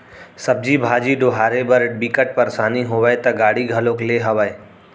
सब्जी भाजी डोहारे बर बिकट परसानी होवय त गाड़ी घलोक लेए हव